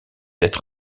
être